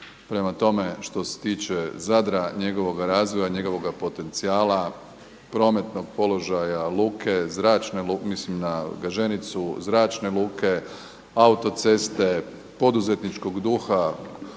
Prema tome, što se tiče Zadra, njegovoga razvoja, njegovoga potencijala, prometnog položaja, luke, zračne luke mislim na Gaženicu, zračne luke, autoceste, poduzetničkog duha,